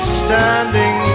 standing